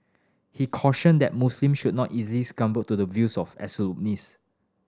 he cautioned that Muslims should not easily succumb to the views of absolutists